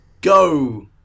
Go